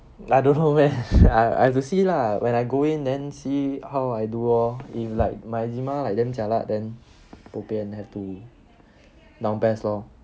I don't know where I I have to see lah when I go in then see how I do lor if like my eczema like damn jialat then bo bian and have to down PES lor